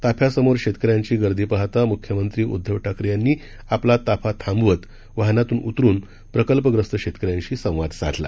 ताफ्यासमोर शेतकऱ्यांची गर्दी पाहता मुख्यमंत्री उद्धव ठाकरे यांनी आपला ताफा थांबवत वाहनातून उतरून प्रकल्पग्रस्त शेतकऱ्यांशी संवाद साधला